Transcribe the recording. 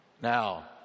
Now